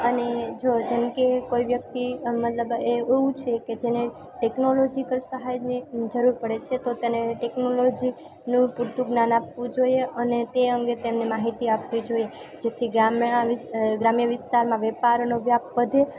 અને જો જેમકે કોઈ વ્યક્તિ મતલબ એવું છેકે તેને ટેકનોલજીકલ સહાયને જરૂર પળે છે તો તેને ટેક્નોલોનું પૂરતું જ્ઞાન આપવું જોઈએ અને તે અંગે તેમને માહિતી આપવી જોઈએ જેથી ગ્રામ્યના વિસ્તાર ગ્રામ્ય વિસ્તારમાં વેપારનો વ્યાપ વધે